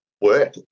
work